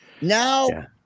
now